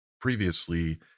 previously